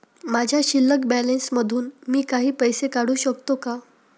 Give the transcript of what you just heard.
माझ्या शिल्लक बॅलन्स मधून मी काही पैसे काढू शकतो का?